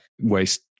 waste